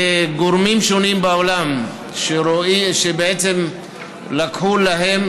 לגורמים שונים בעולם שלקחו להם